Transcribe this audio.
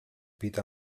pit